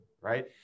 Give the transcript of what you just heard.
Right